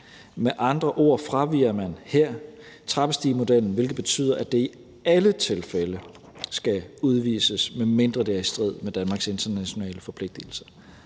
Med andre ord fraviger man her trappestigemodellen, hvilket betyder, at der i alle tilfælde skal udvises, medmindre det er i strid med Danmarks internationale forpligtigelser.